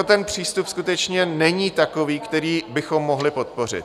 Ten přístup skutečně není takový, který bychom mohli podpořit.